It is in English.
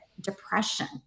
depression